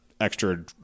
extra